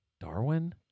Darwin